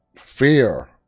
Fear